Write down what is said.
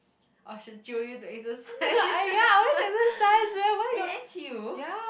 or should jio you to exercise in N_T_U